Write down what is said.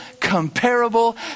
comparable